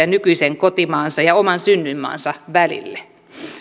nykyisen kotimaansa ja oman synnyinmaansa välille